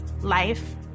life